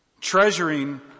Treasuring